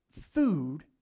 food